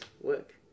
work